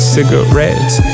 Cigarettes